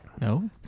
No